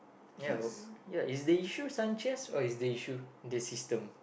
ya ya is they shoo Sanchez or is they shoo the system